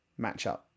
matchup